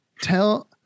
tell